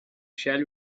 shall